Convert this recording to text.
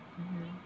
mmhmm